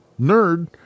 nerd